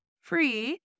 free